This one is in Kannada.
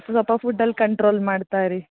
ಸ್ವಲ್ಪ ಫುಡ್ಡಲ್ಲಿ ಕಂಟ್ರೋಲ್ ಮಾಡ್ತಾ ಇರಿ